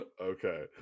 okay